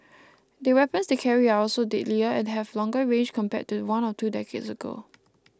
the weapons they carry are also deadlier and have longer range compared to one or two decades ago